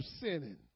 sinning